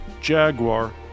Jaguar